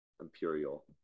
imperial